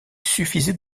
suffisait